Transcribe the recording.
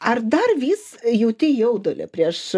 ar dar vis jauti jaudulį prieš